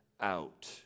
out